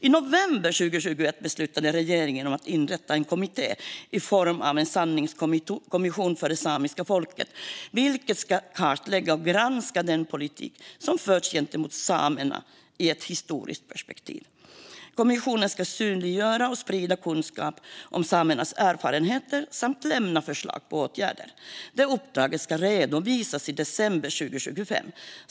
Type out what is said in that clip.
I november 2021 beslutade regeringen att inrätta en kommitté i form av en sanningskommission för det samiska folket som ska kartlägga och granska den politik som förts gentemot samerna i ett historiskt perspektiv. Kommissionen ska synliggöra och sprida kunskap om samernas erfarenheter samt lämna förslag på åtgärder. Uppdraget ska slutredovisas i december 2025.